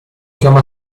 chioma